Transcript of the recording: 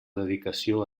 dedicació